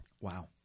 Wow